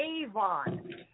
Avon